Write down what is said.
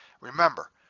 Remember